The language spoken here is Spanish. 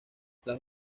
las